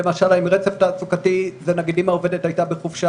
למשל האם רצף תעסוקתי נחשב כשהעובדת הייתה בחופשה,